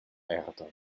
erdre